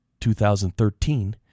2013